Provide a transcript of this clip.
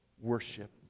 worship